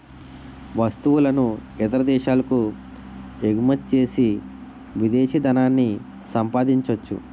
వస్తువులను ఇతర దేశాలకు ఎగుమచ్చేసి విదేశీ ధనాన్ని సంపాదించొచ్చు